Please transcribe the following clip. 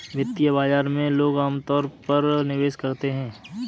वित्तीय बाजार में लोग अमतौर पर निवेश करते हैं